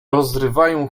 rozrywają